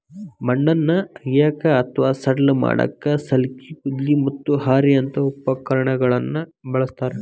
ಮಣ್ಣನ್ನ ಅಗಿಯಾಕ ಅತ್ವಾ ಸಡ್ಲ ಮಾಡಾಕ ಸಲ್ಕಿ, ಗುದ್ಲಿ, ಮತ್ತ ಹಾರಿಯಂತ ಉಪಕರಣಗಳನ್ನ ಬಳಸ್ತಾರ